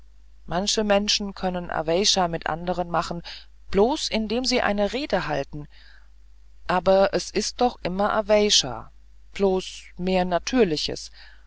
manche menschen können aweysha bei anderen machen bloß indem sie eine rede halten aber es ist doch immer nur aweysha bloß ein mehr natürliches